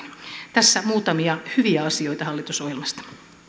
tässä muutamia hyviä asioita hallitusohjelmasta